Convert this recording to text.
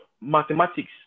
mathematics